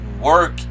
work